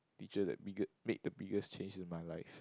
teacher that bigger made the biggest change in my life